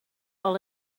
all